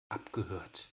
abgehört